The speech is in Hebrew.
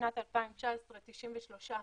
בשנת 2019 93%